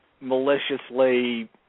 maliciously